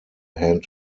hand